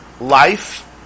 life